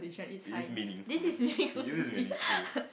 it is meaningful he uses meaningful